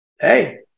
Hey